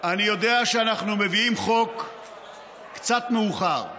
אני יודע שאנחנו מביאים חוק קצת מאוחר,